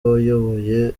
wayoboye